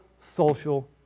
social